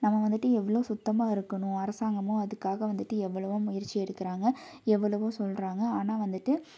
நம்ம வந்துட்டு எவ்வளோ சுத்தமாக இருக்கணும் அரசாங்கமும் அதுக்காக வந்துட்டு எவ்வளவோ முயற்சி எடுக்குறாங்க எவ்வளவோ சொல்றாங்க ஆனால் வந்துட்டு